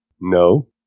No